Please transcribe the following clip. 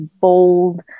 bold